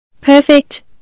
Perfect